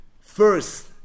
first